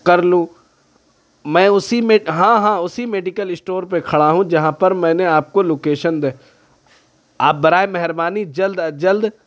کر لوں میں اسی مے ہاں ہاں اسی میڈیکل اسٹور پہ کھڑا ہوں جہاں پر میں نے آپ كو لوكیشن بھے آپ براہِ مہربانی جلد از جلد